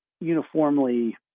uniformly